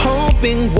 Hoping